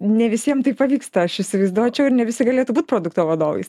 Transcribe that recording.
ne visiem tai pavyksta aš įsivaizduočiau ir ne visi galėtų būt produkto vadovais